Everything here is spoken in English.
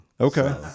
okay